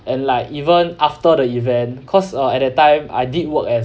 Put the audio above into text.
and like even after the event cause uh at that time I did work as